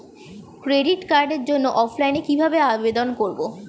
Credit কার্ডের জন্য অফলাইনে কিভাবে আবেদন করব?